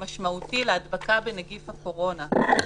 משמעותי להדבקה בנגיף הקורונה.